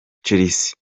chelsea